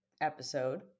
episode